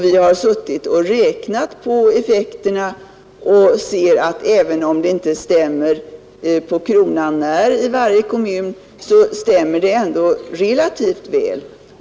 Vi har suttit och räknat på effekterna och ser, att även om det inte stämmer på kronan när i varje kommun så stämmer det ändå relativt väl.